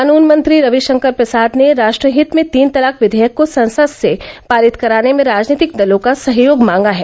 कानून मंत्री रविशंकर प्रसाद ने राष्ट्रहित में तीन तलाक विधेयक को संसद से पारित कराने में राजनीतिक दलों का सहयोग मांगा है